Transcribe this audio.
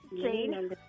Jane